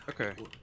Okay